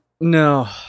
No